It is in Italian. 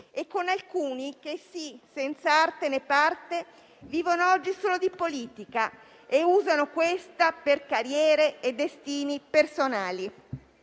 e con alcuni che, sì, senza arte né parte, vivono oggi solo di politica e la usano per carriere e destini personali.